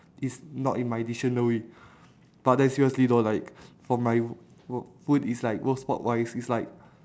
is not in my dictionary but then seriously though like for my ro~ food is like roast pork rice is like